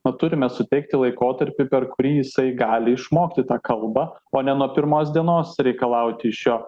na turime suteikti laikotarpį per kurį jisai gali išmokti tą kalbą o ne nuo pirmos dienos reikalauti iš jo